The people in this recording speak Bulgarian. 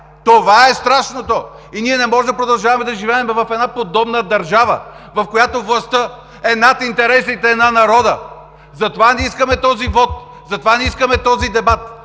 Това е страшното! И ние не можем да продължаваме да живеем в една подобна държава, в която властта е над интересите на народа! Затова ние искаме този вот, затова ние искаме този дебат!